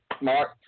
Mark